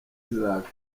isaac